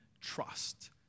trust